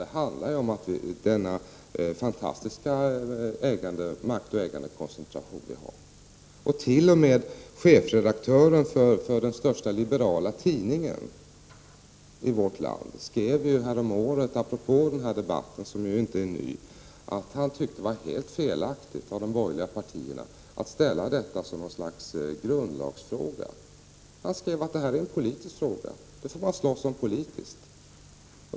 Det handlar om den oerhörda maktoch ägandekoncentrationen. T.o.m. chefredaktören för den största liberala tidningen i vårt land skrev häromåret apropå denna debatt, som ju inte är ny, att han tyckte att det var helt felaktigt av de borgerliga partierna att ställa detta som ett slags grundlagsfråga. Han skrev att detta är en politisk fråga. Den får man slåss om politiskt.